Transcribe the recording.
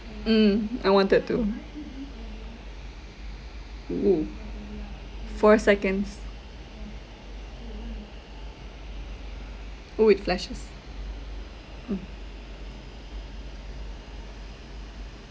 mm I wanted to oo !woo! four seconds !woo! it flashes mm